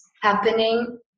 happening